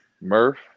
Murph